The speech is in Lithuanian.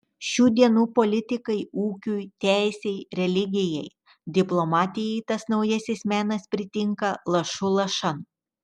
šių dienų politikai ūkiui teisei religijai diplomatijai tas naujasis menas pritinka lašu lašan